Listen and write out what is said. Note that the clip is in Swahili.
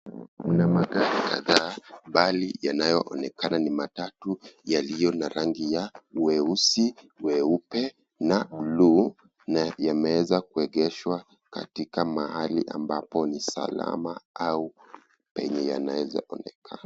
Mna magari kadhaa mbali yanayoonekana ni matatu yaliyo na rangi ya weusi, weupe na bluu na yameweza kuegeshwa katika mahali na ambapo ni salama au penye yanaweza onekana.